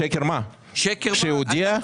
שקר מה שהוא הודיע?